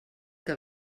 que